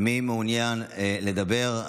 מי מעוניין לדבר?